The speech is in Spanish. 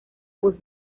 voz